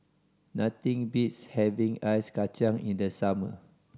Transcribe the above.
nothing beats having Ice Kachang in the summer